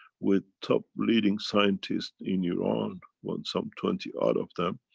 with top leading scientist in iran, one some twenty odd of them,